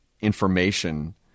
information